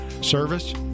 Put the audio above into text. Service